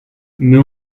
mais